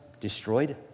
destroyed